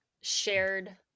shared